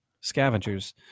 scavengers